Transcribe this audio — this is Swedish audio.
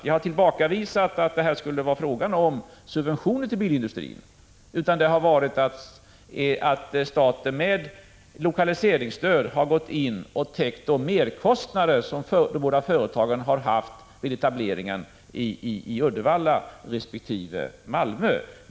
Jag har tillbakavisat att det här skulle vara fråga om subventioner till bilindustrin. Staten har med hjälp av lokaliseringsstöd täckt de merkostnader som de båda företagen har haft för etableringen i Uddevalla resp. Malmö.